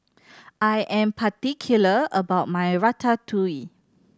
I am particular about my Ratatouille